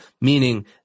meaning